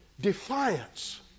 defiance